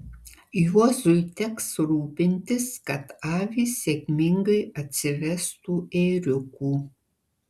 juozui teks rūpintis kad avys sėkmingai atsivestų ėriukų